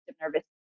nervous